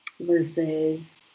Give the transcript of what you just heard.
versus